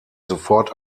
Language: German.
sofort